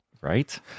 Right